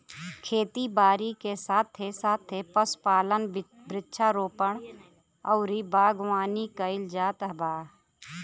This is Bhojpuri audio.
खेती बारी के साथे साथे पशुपालन, वृक्षारोपण अउरी बागवानी कईल जात बा